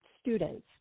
students